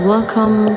Welcome